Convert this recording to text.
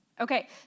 okay